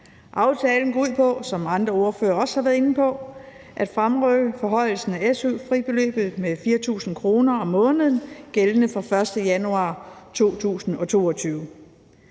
Aftalen går ud på, som andre ordførere også har været inde på, at fremrykke forhøjelsen af su-fribeløbet med 4.000 kr. om måneden gældende fra den 1. januar 2022.